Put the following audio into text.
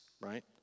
right